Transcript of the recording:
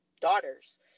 daughters